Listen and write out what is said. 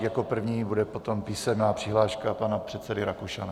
Jako první bude potom písemná přihláška pana předsedy Rakušana.